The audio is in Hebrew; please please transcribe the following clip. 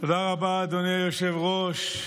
תודה רבה, אדוני היושב-ראש.